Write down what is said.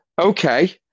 Okay